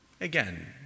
again